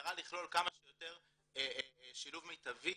ובמטרה לכלול כמה שיותר שילוב מיטבי,